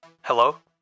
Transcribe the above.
Hello